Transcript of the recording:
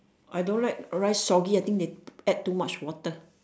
I don't like rice soggy I think they add too much water